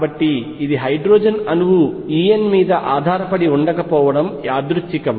కాబట్టి ఇది హైడ్రోజన్అణువు En మీద ఆధారపడి ఉండకపోవడం యాదృచ్చికం